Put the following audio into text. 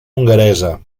hongaresa